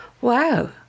wow